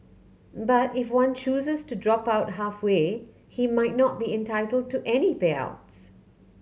but if one chooses to drop out halfway he might not be entitle to any payouts